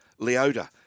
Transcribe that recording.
Leota